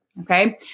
Okay